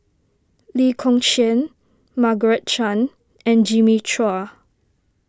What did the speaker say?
Lee Kong Chian Margaret Chan and Jimmy Chua